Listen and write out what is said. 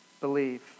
believe